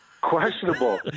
Questionable